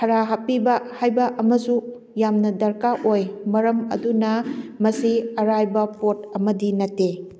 ꯍꯥꯔ ꯍꯥꯞꯄꯤꯕ ꯍꯥꯏꯕ ꯑꯃꯁꯨ ꯌꯥꯝꯅ ꯗꯔꯀꯥꯔ ꯑꯣꯏ ꯃꯔꯝ ꯑꯗꯨꯅ ꯃꯁꯤ ꯑꯔꯥꯏꯕ ꯄꯣꯠ ꯑꯃꯗꯤ ꯅꯠꯇꯦ